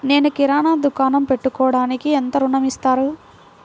నేను కిరాణా దుకాణం పెట్టుకోడానికి ఎంత ఋణం ఇస్తారు?